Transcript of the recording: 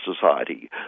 Society